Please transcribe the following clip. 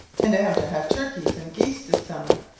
and am to have turkeys and geese this summer.